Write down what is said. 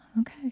Okay